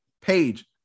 page